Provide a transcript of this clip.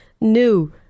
new